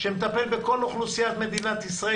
שמטפל בכל אוכלוסיית מדינת ישראל,